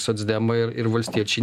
socdemai ir ir valstiečiai